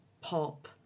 pop